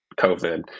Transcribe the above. COVID